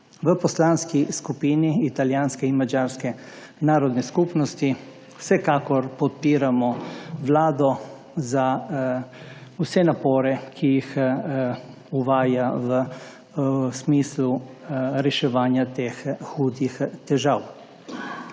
V Poslanski skupini italijanske in madžarske narodne skupnosti vsekakor podpiramo Vlado za vse napore, ki jih uvaja smislu reševanja teh hudih težav.